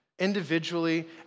individually